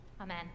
Amen